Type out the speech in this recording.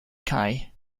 kai